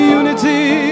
unity